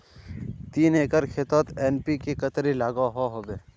तीन एकर खेतोत एन.पी.के कतेरी लागोहो होबे?